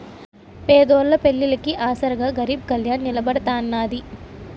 పేదోళ్ళ పెళ్లిళ్లికి ఆసరాగా గరీబ్ కళ్యాణ్ నిలబడతాన్నది